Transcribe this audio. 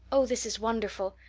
oh, this is wonderful!